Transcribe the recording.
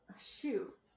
Shoot